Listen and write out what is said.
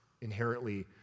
inherently